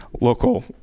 local